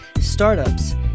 startups